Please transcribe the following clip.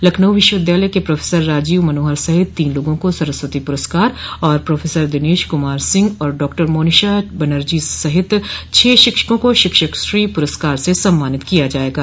लखनऊ विश्वविद्यालय के प्रोफेसर राजीव मनोहर सहित तीन को सरस्वती पुरस्कार और प्रोफेसर दिनेश कुमार सिंह और डॉक्टर मोनिशा बनर्जी सहित छह शिक्षकों को शिक्षक श्री पुरस्कार से सम्मानित किया जायेगा